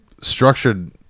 structured